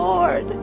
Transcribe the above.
Lord